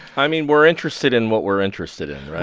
i mean, we're interested in what we're interested in,